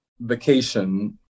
vacation